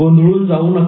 गोंधळून जाऊ नका